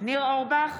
ניר אורבך,